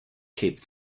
cape